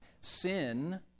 Sin